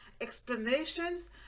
explanations